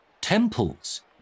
temples